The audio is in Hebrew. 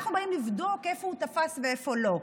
אנחנו באים לבדוק איפה הוא תפס ואיפה לא.